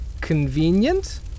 convenient